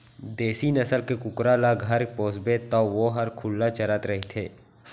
देसी नसल के कुकरा ल घर पोसबे तौ वोहर खुल्ला चरत रइथे